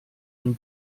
and